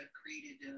created